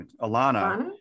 Alana